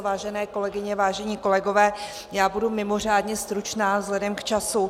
Vážené kolegyně, vážení kolegové, já budu mimořádně stručná vzhledem k času.